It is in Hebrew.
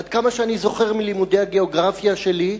עד כמה שאני זוכר מלימודי הגיאוגרפיה שלי,